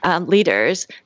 Leaders